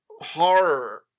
horror